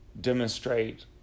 demonstrate